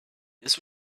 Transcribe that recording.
this